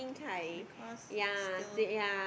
because still